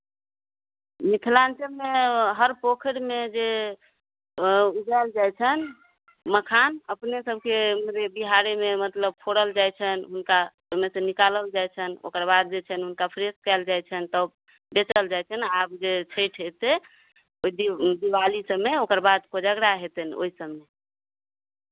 मिथिलाञ्चलमे हर पोखरिमे जे उगायल जाइ छनि मखान अपने सभके एम्हरे बिहारेमे मतलब फोड़ल जाइ छनि हुनका ओहिमे सँ निकालल जाइ छनि ओकर बाद जे छनि हुनका फ्रेश कयल जाइ छनि तब बेचल जाइ छनि आब जे छठि एतहि ओहि दीवाली सभमे ओकर बाद कोजगरा हेतनि ओहि सभमे